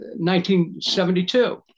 1972